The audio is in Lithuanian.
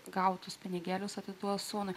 gautus pinigėlius atiduos sūnui